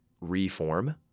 reform